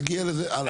נגיע לזה, הלאה.